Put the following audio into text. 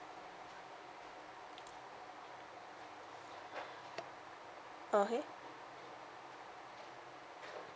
okay